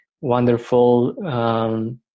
wonderful